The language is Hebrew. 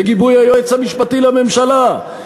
בגיבוי היועץ המשפטי לממשלה,